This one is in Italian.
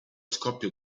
scoppio